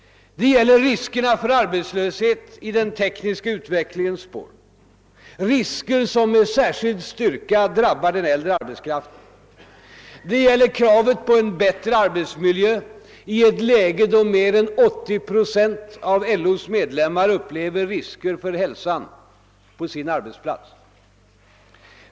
Det gäller riskerna för arbetslöshet i den tekniska utvecklingens spår — risker som med särskild styrka drabbar den äldre arbetskraften. Det gäller kravet på en bättre arbetsmiljö i ett läge då mer än 80 procent av LO:s medlemmar upplever risker för hälsan på sin arbetsplats.